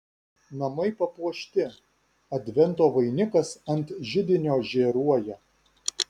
namai papuošti advento vainikas ant židinio žėruoja